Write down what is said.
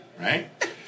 right